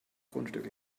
grundstück